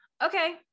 okay